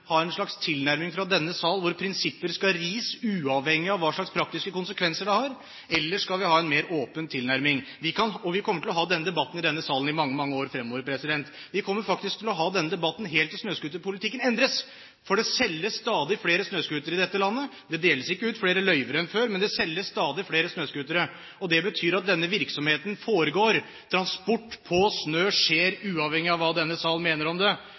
ha en slags tilnærming fra denne sal hvor prinsipper skal ris, uavhengig av hvilke praktiske konsekvenser det har, eller skal vi ha en mer åpen tilnærming? Vi kommer til å ha denne debatten i denne salen i mange, mange år fremover. Vi kommer faktisk til å ha denne debatten helt til snøscooterpolitikken endres, for det selges stadig flere snøscootere i dette landet. Det deles ikke ut flere løyver enn før, men det selges stadig flere snøscootere. Det betyr at denne virksomheten foregår. Transport på snø skjer, uavhengig av hva denne sal mener om det.